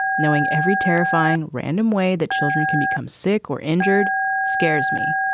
knowing every terrifying random way that children can become sick or injured scares me.